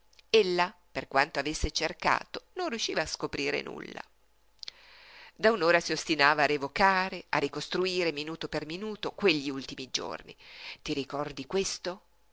essa ella per quanto avesse cercato non riusciva a scoprir nulla da un'ora si ostinava a rievocare a ricostruire minuto per minuto quegli ultimi giorni ti ricordi questo